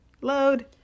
Load